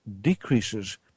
decreases